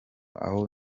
aho